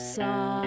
saw